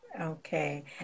Okay